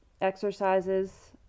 exercises